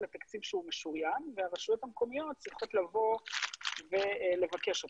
אלא תקציב שהוא משוריין והרשויות המקומיות צריכות לבוא ולבקש אותו.